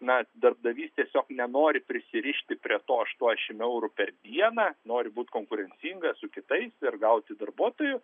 na darbdavys tiesiog nenori prisirišti prie to aštuoniasdešimt eurų per dieną nori būt konkurencingas su kitais ir gauti darbuotojų